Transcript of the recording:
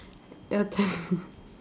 your turn